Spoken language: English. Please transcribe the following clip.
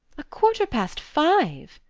a quarter past five?